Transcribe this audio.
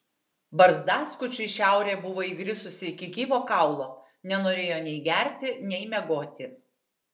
barzdaskučiui šiaurė buvo įgrisusi iki gyvo kaulo nenorėjo nei gerti nei miegoti